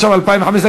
התשע"ו 2016,